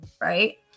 right